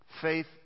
faith